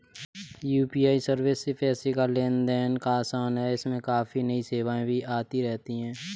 UPI service से पैसे का लेन देन आसान है इसमें काफी नई सेवाएं भी आती रहती हैं